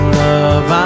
love